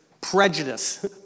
prejudice